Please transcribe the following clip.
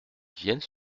viennent